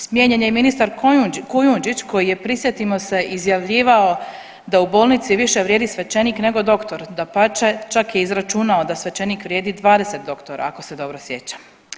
Smijenjen je i ministar Kujundžić koji je prisjetimo se izjavljivao da u bolnici više vrijedi svećenik nego doktor, dapače čak je izračunao da svećenik vrijedi 20 doktora ako se dobro sjećam.